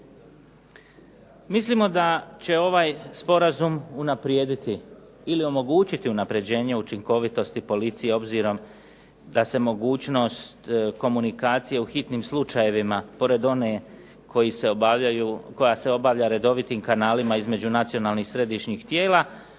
Mislimo da će ovaj sporazum unaprijediti ili omogućiti unapređenje učinkovitosti policije obzirom da se mogućnost komunikacije u hitnim slučajevima pored one koja se obavlja redovitim kanalima između nacionalnih središnjih tijela,